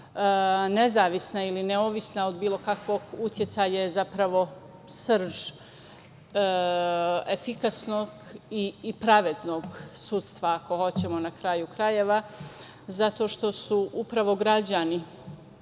nezavisna ili neovisna od bilo kakvog uticaja je srž efikasnog i pravednog sudstva, ako hoćemo na kraju krajeva, zato što su upravo građani